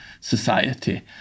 society